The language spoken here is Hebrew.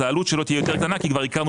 העלות שלו תהיה יותר קטנה כי כבר הכרנו